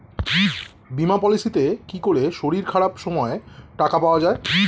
বীমা পলিসিতে কি করে শরীর খারাপ সময় টাকা পাওয়া যায়?